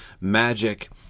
magic